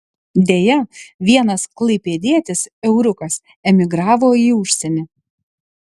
deja vienas klaipėdietis euriukas emigravo į užsienį